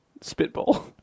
spitball